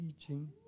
teaching